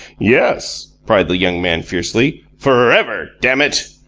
yes! cried the young man fiercely. for ever, dammit!